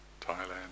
Thailand